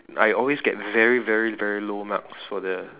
I always get very very very low marks for the